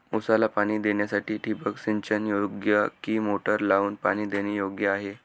ऊसाला पाणी देण्यासाठी ठिबक सिंचन योग्य कि मोटर लावून पाणी देणे योग्य आहे?